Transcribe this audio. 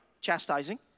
chastising